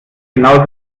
genauso